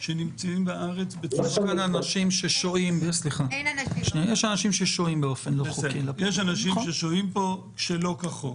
למרות שהאנשים ששוהים פה הם שוהים לא כחוק,